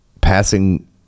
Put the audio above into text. passing